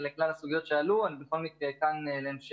אני אומרת פה שאנחנו אמורים לחלק